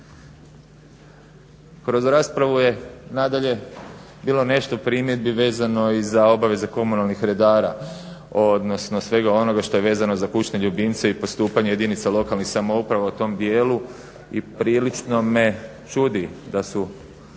Kroz raspravu je nadalje bilo nešto primjedbi vezano i za obaveze komunalnih redara, odnosno svega onoga što je vezano za kućne ljubimce i postupanje jedinica lokalnih samouprava u tom dijelu i prilično me čudi da su